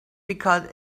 because